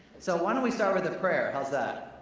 so don't we start with a prayer, how's that?